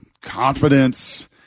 confidence